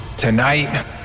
Tonight